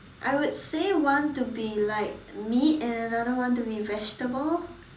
I would say one to be like meat and another one to be vegetable